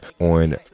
on